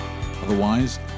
Otherwise